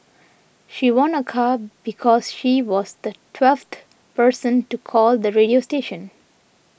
she won a car because she was the twelfth person to call the radio station